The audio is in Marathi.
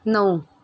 नऊ